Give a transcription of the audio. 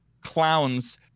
clowns